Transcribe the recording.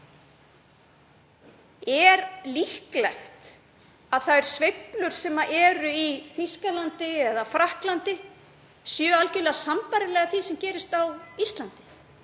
Er líklegt að þær sveiflur sem eru í Þýskalandi eða Frakklandi séu algerlega sambærilegar því sem gerist á Íslandi?